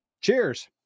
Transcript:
Cheers